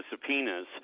subpoenas